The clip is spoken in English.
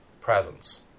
presence